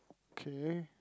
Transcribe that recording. K